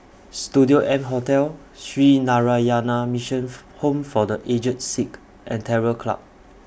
Studio M Hotel Sree Narayana Mission Home For The Aged Sick and Terror Club